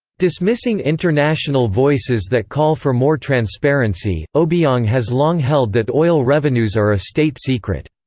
dismissing international voices that call for more transparency, obiang has long held that oil revenues are a state secret.